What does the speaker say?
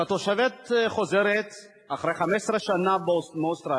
כתושבת חוזרת מאוסטרליה,